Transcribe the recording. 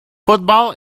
football